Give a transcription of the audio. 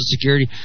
security